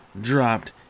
dropped